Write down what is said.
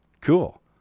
Cool